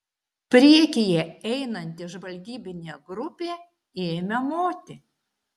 priekyje einanti žvalgybinė grupė ėmė moti